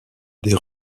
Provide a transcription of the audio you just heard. des